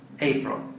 April